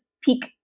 peak